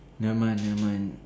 never mind never mind